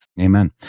Amen